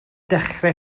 dechrau